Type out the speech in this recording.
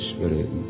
Spirit